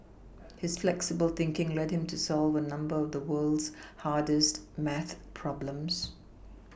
his flexible thinking led him to solve a number of the world's hardest math problems